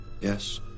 Yes